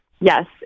Yes